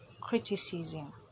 criticism